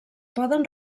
poden